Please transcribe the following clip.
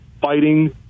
Fighting